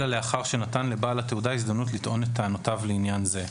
אלא לאחר שנתן לבעל התעודה הזדמנות לטעון את טענותיו לעניין זה.